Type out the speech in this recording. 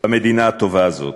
במדינה הטובה הזאת.